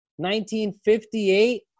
1958